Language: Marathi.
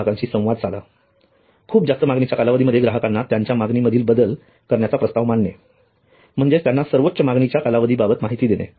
ग्राहकांशी संवाद साधा खूप जास्त मागणीच्या कालावधी मध्ये ग्राहकांना त्यांच्या मागणी मधील बदल करण्याचा प्रस्ताव मांडणे म्हणजेच त्यांना सर्वोच मागणीच्या कालावधी बाबत माहिती देणे